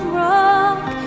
rock